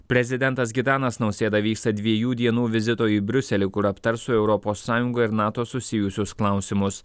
prezidentas gitanas nausėda vyksta dviejų dienų vizito į briuselį kur aptars su europos sąjunga ir nato susijusius klausimus